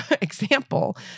example